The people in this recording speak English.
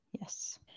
Yes